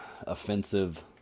offensive